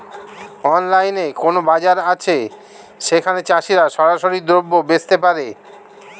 অনলাইনে কোনো বাজার আছে যেখানে চাষিরা সরাসরি দ্রব্য বেচতে পারে?